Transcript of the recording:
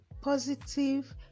positive